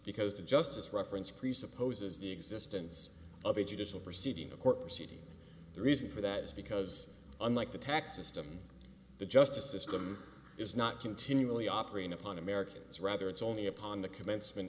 because the justice reference presupposes the existence of a judicial proceeding a court proceeding the reason for that is because unlike the tax system the justice system is not continually operating upon americans rather it's only upon the commencement